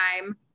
time